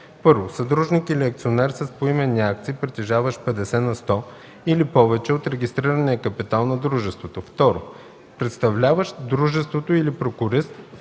е: 1. съдружник или акционер с поименни акции, притежаващ 50 на сто или повече от регистрирания капитал на дружеството; 2. представляващ дружеството или прокурист,